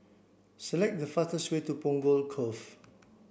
select the fastest way to Punggol Cove